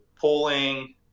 pulling